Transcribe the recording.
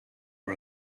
for